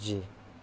جی